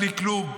בלי כלום,